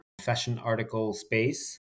fashionarticlespace